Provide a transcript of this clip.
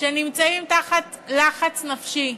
שנמצאים תחת לחץ נפשי,